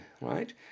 right